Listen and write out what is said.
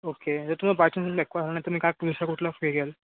okay जर तुम्हाला by चान्सला अॅक्वा नाही तर मग तुम्ही काय कुठला हे घ्याल